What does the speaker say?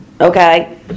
Okay